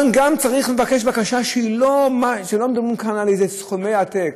גם כאן צריך לבקש בקשה, לא של סכומי עתק.